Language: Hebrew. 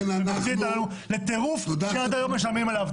ומוציא אותנו לטירוף שעד היום משלמים עליו.